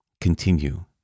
continue